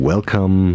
Welcome